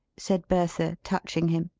said bertha, touching him.